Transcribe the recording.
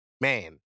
man